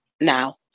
now